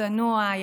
צנוע,